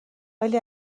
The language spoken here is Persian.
ولی